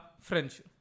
French